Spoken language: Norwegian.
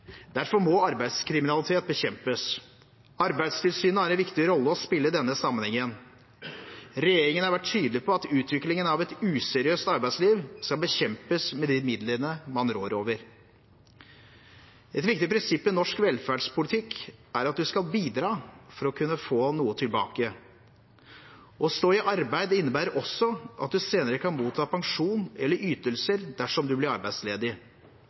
Derfor må arbeidskriminalitet bekjempes. Arbeidstilsynet har en viktig rolle å spille i denne sammenhengen. Regjeringen har vært tydelig på at utviklingen av et useriøst arbeidsliv skal bekjempes med de midler man rår over. Et viktig prinsipp i norsk velferdspolitikk er at du skal bidra for å kunne få noe tilbake. Å stå i arbeid innebærer også at du senere kan motta pensjon eller ytelser dersom du blir arbeidsledig.